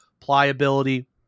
pliability